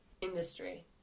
industry